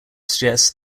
suggests